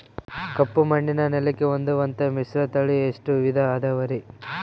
ಕಪ್ಪುಮಣ್ಣಿನ ನೆಲಕ್ಕೆ ಹೊಂದುವಂಥ ಮಿಶ್ರತಳಿ ಎಷ್ಟು ವಿಧ ಅದವರಿ?